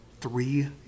three